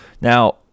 Now